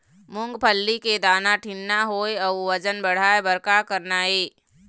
मूंगफली के दाना ठीन्ना होय अउ वजन बढ़ाय बर का करना ये?